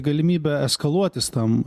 galimybę eskaluotis tam